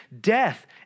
death